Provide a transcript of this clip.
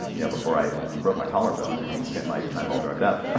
you know before i broke my collarbone and spent my time all drugged up,